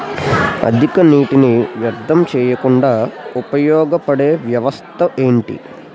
అధిక నీటినీ వ్యర్థం చేయకుండా ఉపయోగ పడే వ్యవస్థ ఏంటి